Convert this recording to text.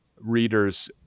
readers